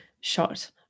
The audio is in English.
shot